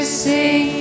sing